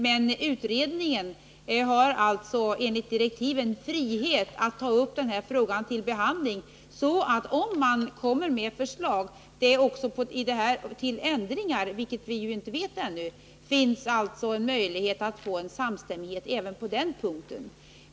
Men utredningen har enligt direktiven frihet att ta upp den här frågan till behandling, så att om man kommer med förslag till ändringar — vilket vi ännu inte vet — finns det möjligheter till samstämmighet även på den punkten.